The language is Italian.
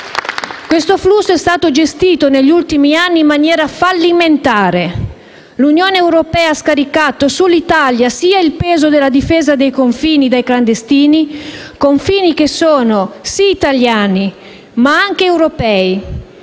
Questo flusso è stato gestito, negli ultimi anni, in maniera fallimentare. L'Unione europea ha scaricato sull'Italia sia il peso della difesa dei confini dai clandestini (confini che sono sì italiani, ma anche europei),